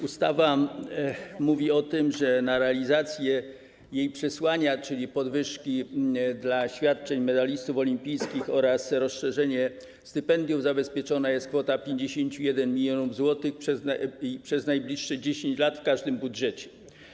Ustawa mówi o tym, że na realizację jej przesłania, czyli na podwyżki świadczeń medalistów olimpijskich oraz rozszerzenie stypendiów, zabezpieczona jest kwota 51 mln zł przez najbliższe 10 lat w każdym budżecie.